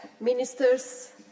Ministers